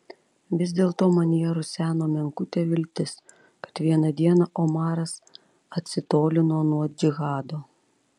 vis dėlto manyje ruseno menkutė viltis kad vieną dieną omaras atsitolino nuo džihado